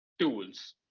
tools